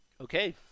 Okay